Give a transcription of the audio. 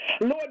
Lord